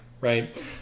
right